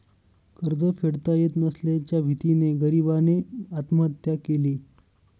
कर्ज फेडता येत नसल्याच्या भीतीने गरीबाने आत्महत्या केली